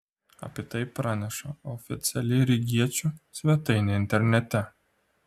apie tai praneša oficiali rygiečių svetainė internete